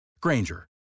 Granger